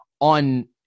on